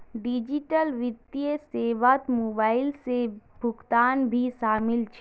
digital वित्तीय सेवात mobile से भुगतान भी शामिल छे